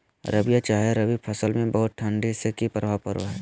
रबिया चाहे रवि फसल में बहुत ठंडी से की प्रभाव पड़ो है?